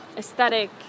aesthetic